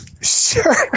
Sure